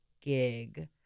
gig